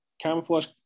camouflage